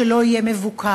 שלא יהיה מבוקר.